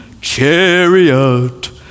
chariot